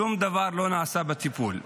שום דבר לא נעשה בטיפול.